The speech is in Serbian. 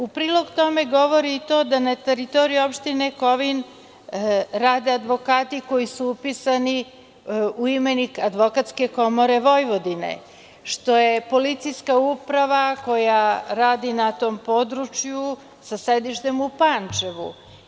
U prilog tome govori i to da na teritoriji opštine Kovin rade advokati koji su upisani u imenik Advokatske komore Vojvodine, što je Policijska uprava koja radi na tom području, sa sedištem u Pančevu.